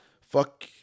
fuck